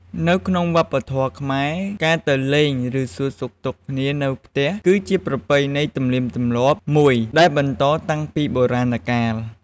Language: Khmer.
នៅក្បុងវប្បធម៌ខ្មែរ ការទៅលេង ឬ សួរសុខទុក្ខគ្នាដល់ផ្ទះគឺជាប្រពៃណីទំនៀមទម្លាប់មួយដែលបន្តតាំងពីបុរាណកាល។